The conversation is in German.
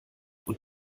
und